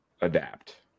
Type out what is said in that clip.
adapt